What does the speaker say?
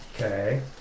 Okay